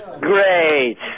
Great